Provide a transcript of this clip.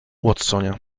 watsonie